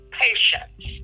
patience